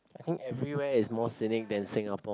I think everywhere is more scenic than Singapore